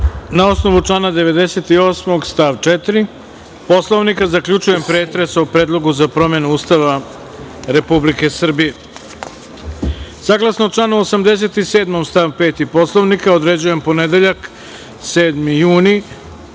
osnovu člana 98. stav 4. Poslovnika zaključujem pretres o Predlogu za promenu Ustava Republike Srbije. Saglasno članu 87. stav 5. Poslovnika određujem ponedeljak 7. juni